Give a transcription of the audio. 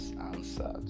answer